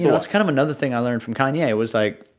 that's kind of another thing i learned from kanye, was, like,